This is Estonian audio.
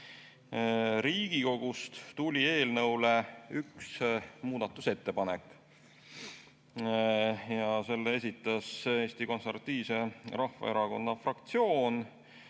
Riigikogust tuli eelnõu kohta üks muudatusettepanek ja selle esitas Eesti Konservatiivse Rahvaerakonna fraktsioon.